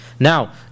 Now